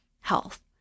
health